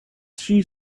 she